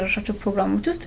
i was such a program just